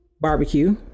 barbecue